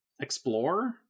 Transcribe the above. explore